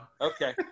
Okay